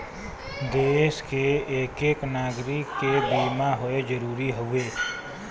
देस के एक एक नागरीक के बीमा होए जरूरी हउवे